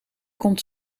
komt